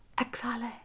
Exhale